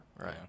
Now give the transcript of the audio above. Right